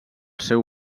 seu